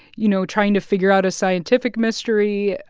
you know, trying to figure out a scientific mystery.